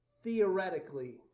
theoretically